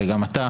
וגם לך,